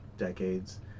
decades